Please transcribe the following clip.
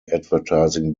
advertising